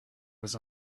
was